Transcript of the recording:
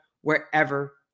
wherever